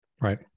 Right